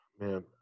Man